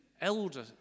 elder